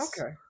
okay